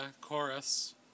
chorus